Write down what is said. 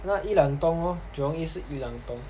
那裕廊东 lor jurong east 是裕廊东